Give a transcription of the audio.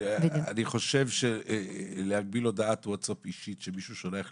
אני חושב שלהגביל הודעת ווטסאפ אישית שמישהו שולח למישהו,